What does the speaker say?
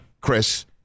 Chris